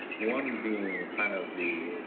one being kind of the